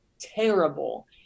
terrible